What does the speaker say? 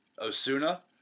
Osuna